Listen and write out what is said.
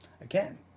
again